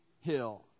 Hill